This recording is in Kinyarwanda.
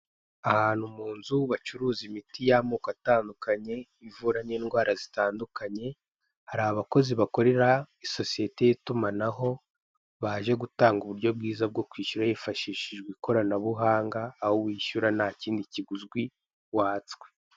Ahantu mu nzu bacuruza imiti y'amoko atandukanye, ivura n'idwara zitandukanye. Hari abakozi bakorera isosiyete y'itumanaho, baje gutanga uburyo bwiza bwo kwishyura hifashishijwe ikoranabuhanga, aho wishyura nta kindi kiguzwi watswe.